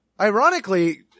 Ironically